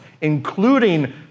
including